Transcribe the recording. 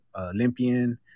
olympian